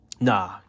Nah